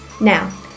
now